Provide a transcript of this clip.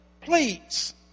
please